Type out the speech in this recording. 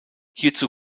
hierzu